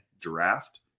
draft